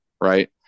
Right